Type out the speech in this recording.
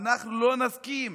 אנחנו לא נסכים